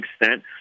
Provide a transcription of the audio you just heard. extent